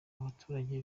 baturage